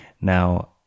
Now